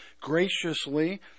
graciously